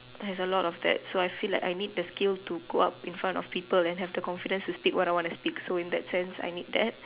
has a lot of that so I feel like I need the skill to go up in front of people and have the confident to speak what I want to speak so in that sense I need that